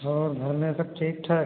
और घर में सब ठीक ठाक